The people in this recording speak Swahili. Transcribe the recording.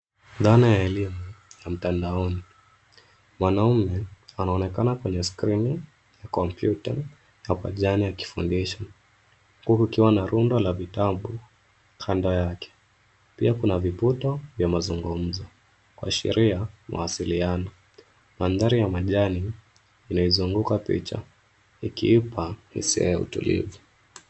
Dhana ya elimu ya mtandaoni. Mwanaume anaonekana kwenye skrini ya kompyuta ya pajani akifundisha huku rundo la kitabu kando yake. Pia kuna viputo vya mazungumzo kuashiria mawasiliano. Mandhari ya majani inaizunguka picha ikiipa hisia ya utulivu.